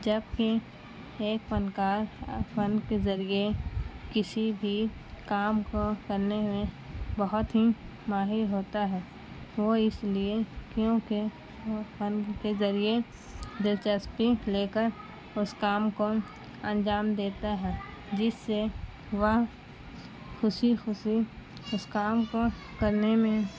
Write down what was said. جبکہ ایک فنکار فن کے ذریعے کسی بھی کام کو کرنے میں بہت ہی ماہر ہوتا ہے وہ اس لیے کیونکہ وہ فن کے ذریعے دلچسپی لے کر اس کام کو انجام دیتا ہے جس سے وہ خوشی خوشی اس کام کو کرنے میں